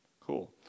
Cool